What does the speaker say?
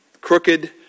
crooked